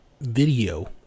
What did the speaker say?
video